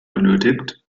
benötigt